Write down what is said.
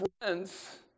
Friends